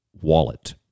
wallet